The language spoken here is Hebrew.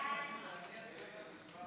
ההצעה להעביר את הצעת